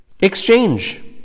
exchange